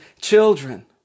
children